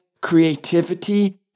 creativity